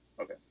okay